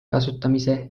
kasutamise